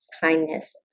kindness